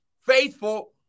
faithful